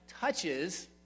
touches